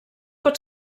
pot